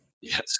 yes